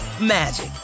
magic